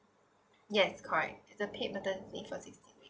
yes correct the paid maternity leave for sixteen weeks